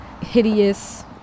hideous